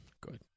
good